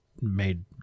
made